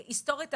היסטורית,